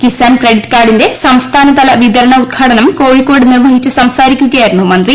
Kisan credit കാർഡിന്റെ സംസ്ഥാനതല വിതരണോദ്ഘാടനം കോഴിക്കോട് നിർവ്വഹിച്ച് സംസാരിക്കുകയായിരുന്നു മന്ത്രി